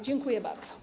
Dziękuję bardzo.